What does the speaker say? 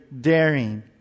daring